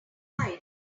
life